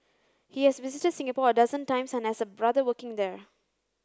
he has visited Singapore a dozen times and has a brother working there